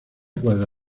cuadra